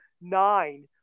nine